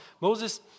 Moses